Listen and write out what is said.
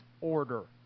order